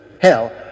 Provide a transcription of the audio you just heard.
hell